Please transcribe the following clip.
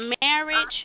marriage